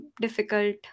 difficult